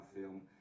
film